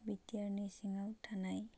बि T R नि सिङाव थानाय